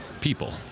people